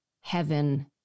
heaven